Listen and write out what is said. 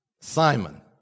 Simon